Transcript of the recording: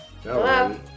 Hello